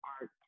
art